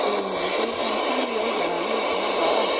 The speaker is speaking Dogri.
फ्ही फंक्शन बी होई जाना फ्ही इक स्हाबा दा